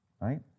Right